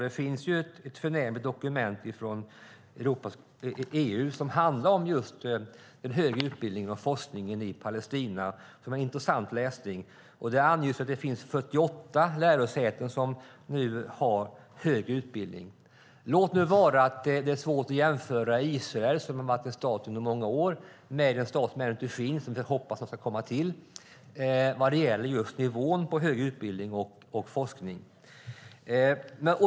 Det finns ett förnämligt dokument från EU som handlar om den högre forskningen och utbildningen i Palestina som är intressant läsning. Där anges att det finns 48 lärosäten som nu har högre utbildning. Låt nu vara att det är svårt att jämföra Israel, som har varit en stat under många år, med en stat som ännu inte finns men som vi hoppas ska komma till vad gäller nivån på högre utbildning och forskning.